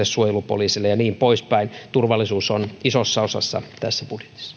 suojelupoliisille ja niin pois päin turvallisuus on isossa osassa tässä